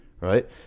right